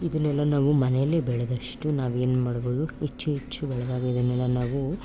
ಇದನ್ನೆಲ್ಲ ನಾವು ಮನೇಲೆ ಬೆಳೆದಷ್ಟು ನಾವೇನು ಮಾಡ್ಬೌದು ಹೆಚ್ಚು ಹೆಚ್ಚು ಬೆಳೆದಾಗ ಇದನ್ನೆಲ್ಲ ನಾವು